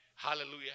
Hallelujah